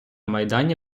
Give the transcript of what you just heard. майдані